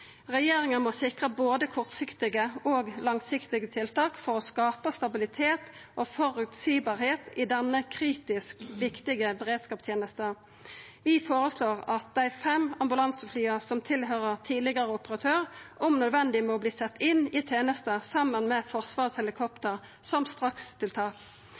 Regjeringa må sikra både kortsiktige og langsiktige tiltak for å gjera denne kritisk viktige beredskapstenesta stabil og føreseieleg. Vi føreslår at dei fem ambulanseflya som høyrer til den tidlegare operatøren, om nødvendig må setjast inn i tenesta saman med Forsvarets helikopter, som strakstiltak.